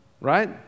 Right